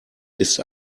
ist